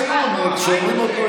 הבנו.